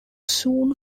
soon